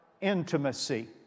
intimacy